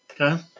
okay